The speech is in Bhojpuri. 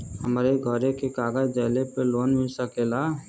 हमरे घरे के कागज दहिले पे लोन मिल सकेला?